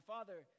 Father